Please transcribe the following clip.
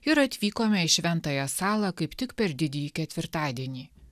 ir atvykome į šventąją salą kaip tik per didįjį ketvirtadienį